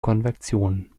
konvektion